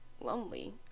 lonely